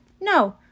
no